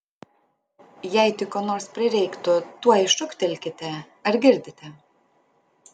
jei tik ko nors prireiktų tuoj šūktelkite ar girdite